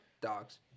Dogs